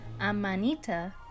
Amanita